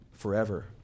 forever